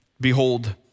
Behold